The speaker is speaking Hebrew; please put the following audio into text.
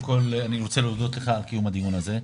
כל אני רוצה להודות לך על קיום הדיון הזה.